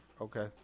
Okay